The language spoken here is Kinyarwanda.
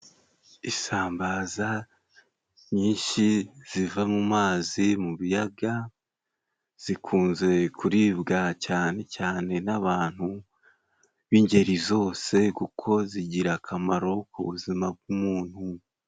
Isambaza nyinshi ziva mu mazi mu biyaga, zikunze kuribwa cyane cyane n'abantu b'ingeri zose, kuko zigira akamaro ku buzima bw'umuntu.